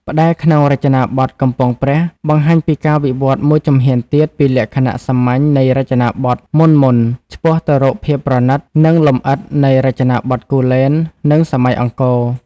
ផ្តែរក្នុងរចនាបថកំពង់ព្រះ បង្ហាញពីការវិវត្តន៍មួយជំហានទៀតពីលក្ខណៈសាមញ្ញនៃរចនាបថមុនៗ ឆ្ពោះទៅរកភាពប្រណិត និងលម្អិតនៃរចនាបថគូលែន និងសម័យអង្គរ។